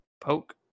Poke